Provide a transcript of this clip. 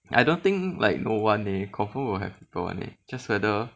I don't think will have no one leh confirm will have people [one] leh just whether